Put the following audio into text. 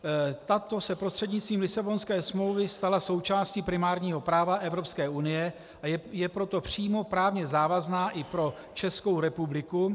Ta se prostřednictvím Lisabonské smlouvy stala součástí primárního práva Evropské unie, a je proto přímo právně závazná i pro Českou republiku.